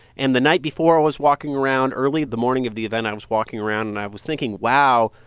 and the night before, i was walking around. early the morning of the event, i was walking around. and i was thinking, wow,